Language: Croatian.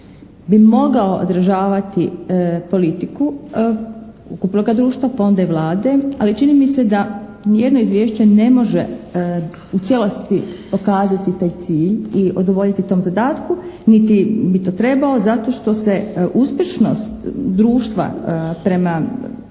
bi mogao odražavati politiku ukupnoga društva pa onda i Vlade, ali čini mi se da ni jedno izvješće ne može u cijelosti pokazati taj cilj i udovoljiti tom zadatku niti bi to trebao zato što se uspješnost društva prema